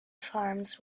farms